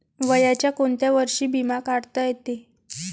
वयाच्या कोंत्या वर्षी बिमा काढता येते?